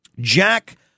Jack